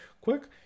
quick